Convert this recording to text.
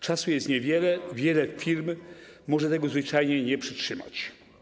Czasu jest niewiele, wiele firm może tego zwyczajnie nie przetrzymać.